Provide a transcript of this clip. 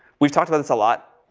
we've talked about this a lot.